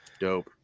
Dope